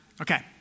Okay